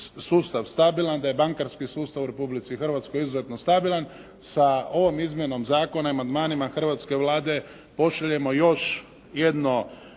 sustav stabilan, da je bankarski sustav u Republici Hrvatskoj izuzetno stabilan. Sa ovom izmjenom zakona i amandmanima hrvatske Vlade pošaljemo još jedno